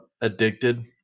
Addicted